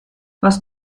was